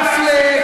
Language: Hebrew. מפלה,